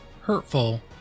hurtful